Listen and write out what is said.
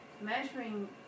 measuring